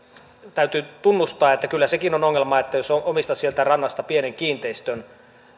täytyy tunnustaa kyllä sekin ongelma että jos omistat sieltä rannasta pienen kiinteistön